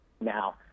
Now